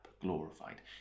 glorified